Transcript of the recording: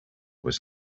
was